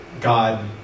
God